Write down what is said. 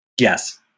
Yes